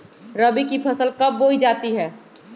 रबी की फसल कब बोई जाती है?